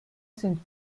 sind